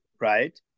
right